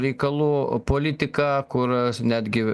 reikalų politiką kur netgi